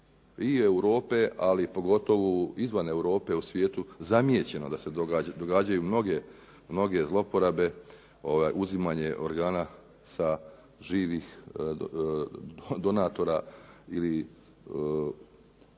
i Europe ali pogotovo izvan Europe u svijetu zamijećeno da se događaju mnoge zlouporabe, uzimanje organa sa živih donatora ili